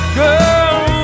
girl